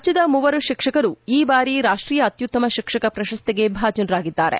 ರಾಜ್ಞದ ಮೂವರು ಶಿಕ್ಷಕರು ಈ ಬಾರಿ ರಾಷ್ಟೀಯ ಅತ್ಯುತ್ತಮ ಶಿಕ್ಷಕ ಪ್ರಶಸ್ತಿಗೆ ಭಾಜನರಾಗಿದ್ದಾರೆ